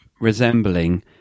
resembling